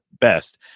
best